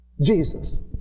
Jesus